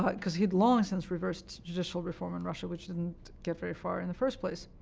but because he'd long since reversed judicial reform in russia, which didn't get very far in the first place,